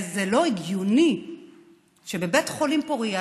הרי זה לא הגיוני שבבית חולים פוריה,